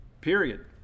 period